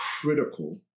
critical